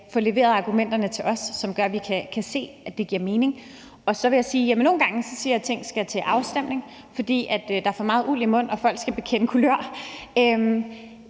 at levere argumenterne til os, for det gør, at vi kan se, at det giver mening. Så vil jeg sige, at nogle gange synes jeg, at ting skal til afstemning, fordi der er for meget uld i mund og folk skal bekende kulør.